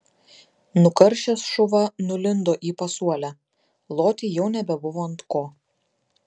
nukaršęs šuva nulindo į pasuolę loti jau nebebuvo ant ko